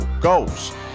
goals